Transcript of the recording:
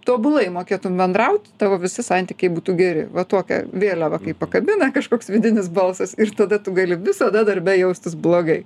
tobulai mokėtum bendraut tavo visi santykiai būtų geri va tokią vėliavą kai pakabina kažkoks vidinis balsas ir tada tu gali visada darbe jaustis blogai